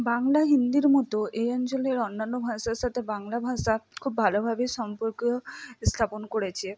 বাংলা হিন্দির মতো এই অঞ্চলের অন্যান্য ভাষার সাথে বাংলা ভাষা খুব ভালোভাবেই সম্পর্ক স্থাপন করেছে